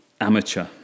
amateur